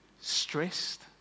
Stressed